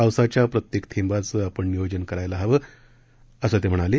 पावसाच्या प्रत्येक थेंबाचं आपण नियोजन करायला हवं असं ते म्हणाले